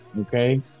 okay